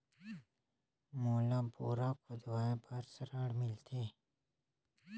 मोला बोरा खोदवाय बार ऋण मिलथे?